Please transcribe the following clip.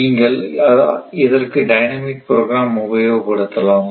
நீங்கள் இதற்கு dynamic program உபயோகப்படுத்தலாம்